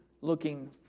looking